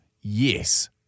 Yes